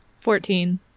fourteen